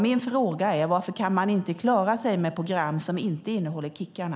Min fråga är: Varför kan man inte klara sig med program som inte innehåller kickarna?